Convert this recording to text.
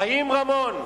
חיים רמון,